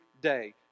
day